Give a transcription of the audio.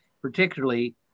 Particularly